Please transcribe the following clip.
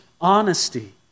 honesty